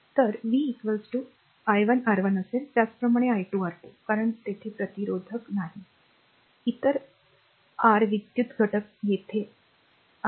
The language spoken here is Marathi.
तर v i1 R1 असेल त्याचप्रमाणे i2 R2 कारण येथे प्रतिरोधक नाही इतर आर विद्युत घटक येथे आणि येथे आहेत